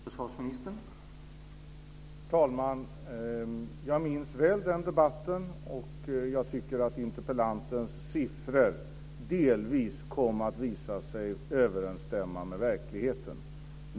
Herr talman! Jag minns den debatten väl. Interpellantens siffror kom delvis att visa sig överensstämma med verkligheten.